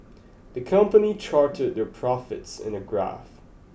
the company charted their profits in a graph